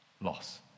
loss